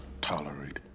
tolerate